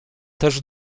też